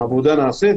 העבודה נעשית.